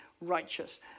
righteous